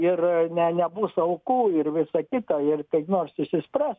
ir ne nebus aukų ir visa kita ir kaip nors išsispręs